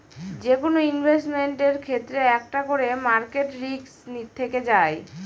যেকোনো ইনভেস্টমেন্টের ক্ষেত্রে একটা করে মার্কেট রিস্ক থেকে যায়